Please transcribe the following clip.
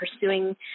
pursuing